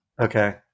Okay